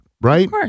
Right